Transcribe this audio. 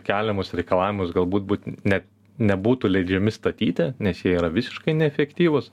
keliamus reikalavimus galbūt būt net nebūtų leidžiami statyti nes jie yra visiškai neefektyvūs